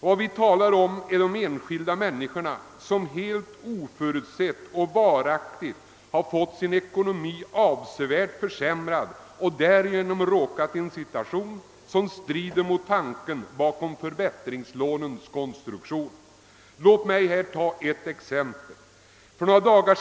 Vad vi talar om är de enskilda människorna, som helt oförutsett och varaktigt har fått sin ekonomi avsevärt försämrad och därigenom råkat i en situation som strider mot tanken bakom förbättringslånets konstruktion. Låt mig ta ett exempel.